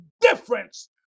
difference